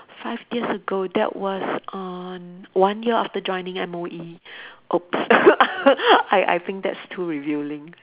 five years ago that was on one year of the joining M_O_E !oops! I I think that's too revealing